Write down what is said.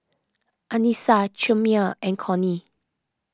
Anissa Chimere and Cornie